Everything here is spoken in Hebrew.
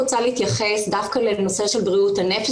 אני רוצה להתייחס דווקא לנושא של בריאות הנפש